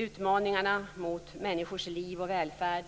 Utmaningarna mot människors liv och välfärd